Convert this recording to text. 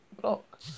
block